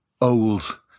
old